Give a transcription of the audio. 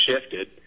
shifted